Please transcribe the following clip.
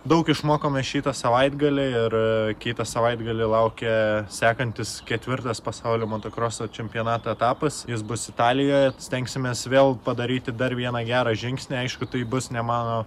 daug išmokome šitą savaitgalį ir kitą savaitgalį laukia sekantis ketvirtas pasaulio motokroso čempionato etapas jis bus italijoje stengsimės vėl padaryti dar vieną gerą žingsnį aišku tai bus ne mano